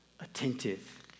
Attentive